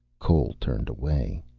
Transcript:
cole turned away.